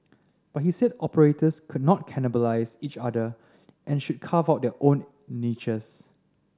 but he said operators could not cannibalise each other and should carve out their own niches